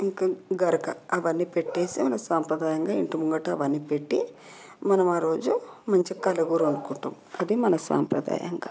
ఇంక గరక అవన్నీ పెట్టేసి సాంప్రదాయంగా ఇంటి ముంగట అవన్నీ పెట్టి మనం ఆరోజు మంచి కలగూరలు వండుకుంటాం అది మన సంప్రదాయంగా